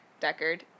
Deckard